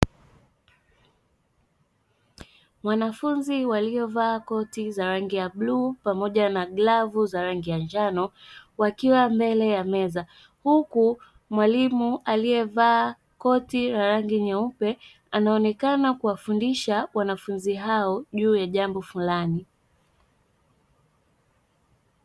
Wanafunzi waliovaa koti za rangi ya bluu pamoja na glavu za rangi ya njano, wakiwa mbele ya meza huku mwalimu aliyevaa koti la rangi nyeupe anaonekana kuwafundisha wanafunzi hao juu ya jambo fulani.